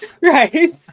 right